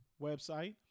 website